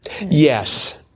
Yes